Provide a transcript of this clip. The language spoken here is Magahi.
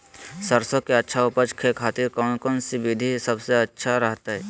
सरसों के अच्छा उपज करे खातिर कौन कौन विधि सबसे अच्छा रहतय?